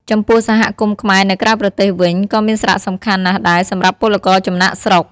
ចំពោះសហគមន៍ខ្មែរនៅក្រៅប្រទេសវិញ ក៏មានសារៈសំខាន់ណាស់ដែរសម្រាប់ពលករចំណាកស្រុក ។